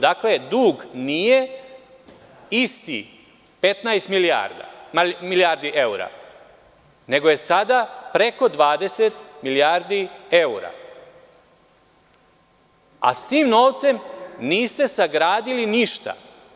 Dakle, dug nije isti, 15 milijardi evra, nego je sada preko 20 milijardi evra, a sa tim novcem niste sagradili ništa.